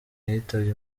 yitabye